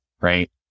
right